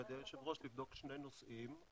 לבדוק שני נושאים.